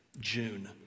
June